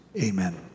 Amen